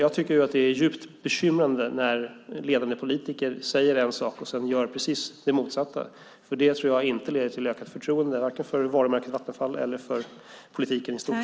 Jag tycker att det är djupt bekymrande när ledande politiker säger en sak och sedan gör precis det motsatta. Det tror jag inte leder till ökat förtroende vare sig för varumärket Vattenfall eller för politiken i stort.